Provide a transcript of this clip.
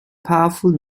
powerful